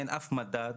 אין אף מדד.